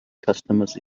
customers